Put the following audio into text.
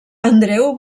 andreu